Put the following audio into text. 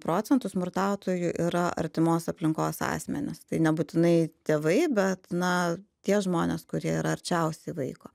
procentų smurtautojų yra artimos aplinkos asmenys tai nebūtinai tėvai bet na tie žmonės kurie yra arčiausiai vaiko